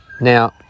Now